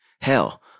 Hell